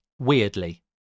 weirdly